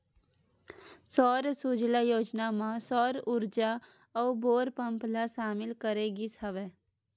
सौर सूजला योजना म सौर उरजा अउ बोर पंप ल सामिल करे गिस हवय